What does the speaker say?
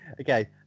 Okay